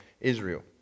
Israel